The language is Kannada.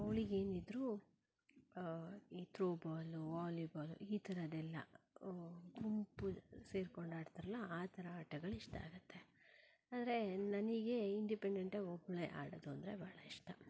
ಅವ್ಳಿಗೇನು ಇದ್ದರೂ ಈ ತ್ರೋಬಾಲು ವಾಲಿಬಾಲು ಈ ಥರದ್ದೆಲ್ಲ ಗುಂಪು ಸೇರ್ಕೊಂಡು ಆಡ್ತಾರಲ್ಲ ಆ ಥರ ಆಟಗಳು ಇಷ್ಟ ಆಗುತ್ತೆ ಆದರೆ ನನಗೆ ಇಂಡಿಪೆಂಡೆಂಟಾಗಿ ಒಬ್ಬಳೇ ಆಡೋದು ಅಂದರೆ ಭಾಳ ಇಷ್ಟ